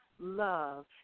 Love